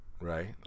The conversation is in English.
right